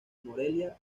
morelia